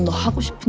punished,